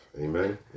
amen